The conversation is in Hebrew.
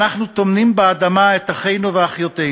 מאתגרות ומורכבות,